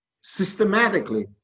systematically